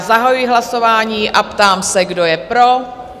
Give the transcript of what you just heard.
Zahajuji hlasování a ptám se, kdo je pro?